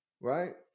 right